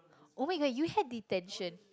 oh-my-god you had detention